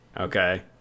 Okay